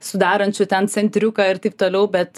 sudarančių ten centriuką ir taip toliau bet